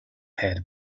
had